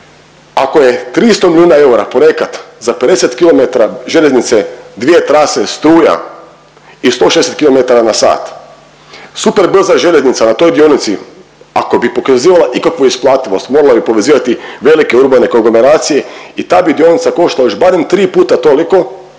Ako je 300 milijuna eura projekat za 50 km željeznice, 2 trase struja i 160 km/h super brza željeznica na toj dionici ako bi pokazivala ikakvu isplativost morala bi povezivati velike urbane konglomeracije i ta bi dionica koštala još barem tri puta toliko.